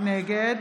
נגד